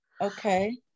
Okay